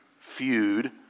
feud